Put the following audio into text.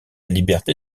liberté